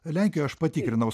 lenkijoj aš patikrinau